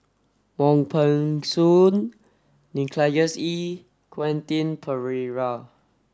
Wong Peng Soon Nicholas Ee and Quentin Pereira